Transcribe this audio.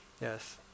Yes